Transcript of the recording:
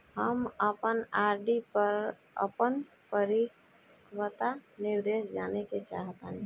हम अपन आर.डी पर अपन परिपक्वता निर्देश जानेके चाहतानी